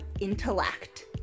intellect